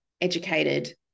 educated